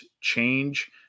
change